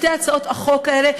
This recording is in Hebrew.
שתי הצעות החוק האלה,